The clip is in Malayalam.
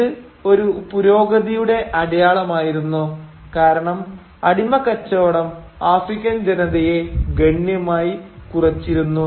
ഇത് ഒരു പുരോഗതിയുടെ അടയാളമായിരുന്നു കാരണം അടിമക്കച്ചവടം ആഫ്രിക്കൻ ജനതയെ ഗണ്യമായി കുറച്ചിരുന്നു